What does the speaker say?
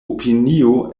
opinio